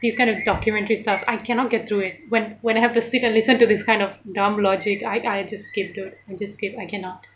these kind of documentary stuff I cannot get through it when when I have to sit and listen to this kind of dumb logic I I just skip dude I just skip I cannot